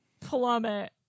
plummet